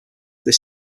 this